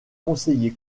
conseiller